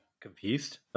Confused